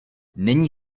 není